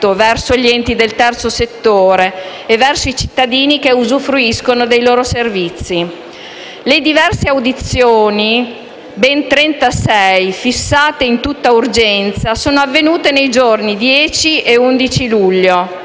verso gli enti del terzo settore e verso i cittadini che usufruiscono dei loro servizi. Le diverse audizioni, ben 36, fissate in tutta urgenza sono avvenute nei giorni 10 e 11 luglio,